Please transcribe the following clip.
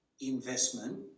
investment